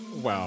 Wow